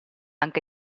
anche